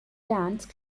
dance